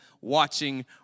watching